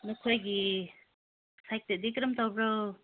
ꯅꯈꯣꯏꯒꯤ ꯁꯥꯏꯠꯇꯗꯤ ꯀꯔꯝ ꯇꯧꯕ꯭ꯔꯣ